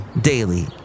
Daily